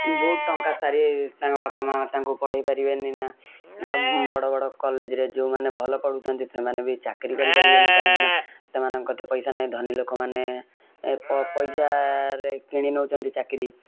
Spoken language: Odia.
ବହୁତ ଟଙ୍କା ସାରି ତାଙ୍କ ବାପା ମାଁ ତାଙ୍କୁ ପଢ଼େଇ ପାରିବେନି ନା ବଡ଼ ବଡ଼ କଲେଜରେ ଯେଉଁ ମାନେ ଭଲ ପଢ଼ୁଛନ୍ତି ସେମାନେ ବି ଚାକିରୀ କରି ପାରିବେନି କାହିଁକି ନା ସେମାନଙ୍କ କତିରେ ପଇସା ନାହିଁ ଧନୀ ଲୋକମାନେ ଏ ପଇସାରେ କିଣି ନଉଛନ୍ତି ଚାକିରୀ